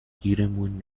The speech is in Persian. گیرمون